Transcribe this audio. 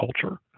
culture